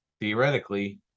theoretically